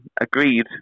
agreed